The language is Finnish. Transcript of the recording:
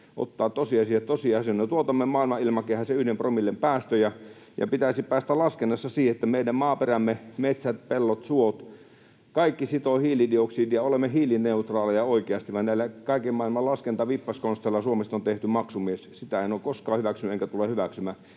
tosiasiat tosiasioina. Tuotamme maailman ilmakehään sen yhden promillen päästöjä, ja pitäisi päästä laskennassa siihen, että meidän maaperämme, metsät, pellot, suot, kaikki sitovat hiilidioksidia — eli olemme hiilineutraaleja oikeasti, vaan näillä kaiken maailman laskentavippaskonsteilla Suomesta on tehty maksumies. Sitä en ole koskaan hyväksynyt enkä tule hyväksymään.